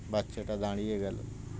বাচ্চা টা দাঁড়িয়ে গেলো